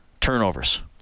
turnovers